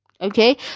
okay